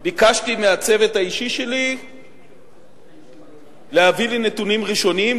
ביקשתי מהצוות האישי שלי להביא לי נתונים ראשוניים,